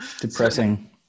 depressing